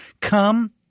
Come